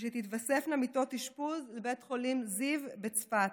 ושתתווספנה מיטות אשפוז בבית החולים זיו בצפת.